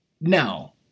Now